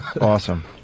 Awesome